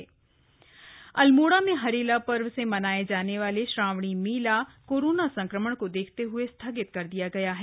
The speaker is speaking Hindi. जागेश्वर धाम अल्मोड़ा में हरेला पर्व से मनाया जाने वाला श्रावणी मेला कोरोना संक्रमण को देखते हए स्थगित कर दिया गया है